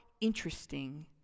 interesting